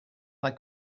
pas